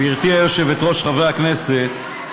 גברתי היושבת-ראש, חברי הכנסת,